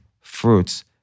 fruits